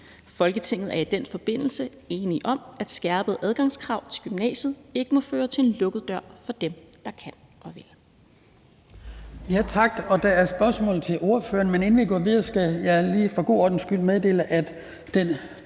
Folketinget er i den forbindelse enige om, at skærpede adgangskrav til gymnasiet ikke må føre til en lukket dør for dem, der kan og vil.«